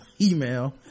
email